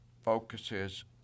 focuses